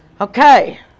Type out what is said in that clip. Okay